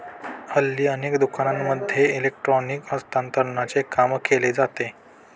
हल्ली अनेक दुकानांमध्ये इलेक्ट्रॉनिक हस्तांतरणाचे काम केले जाते